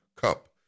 cup